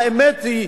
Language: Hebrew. האמת היא,